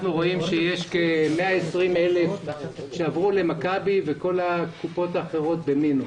אנחנו רואים שיש כ-120 אלף שעברו למכבי וכל הקופות האחרות במינוס.